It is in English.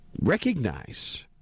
recognize